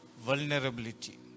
vulnerability